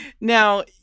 now